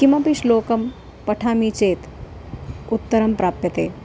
कमपि श्लोकं पठामि चेत् उत्तरं प्राप्यते